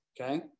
okay